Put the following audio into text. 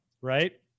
Right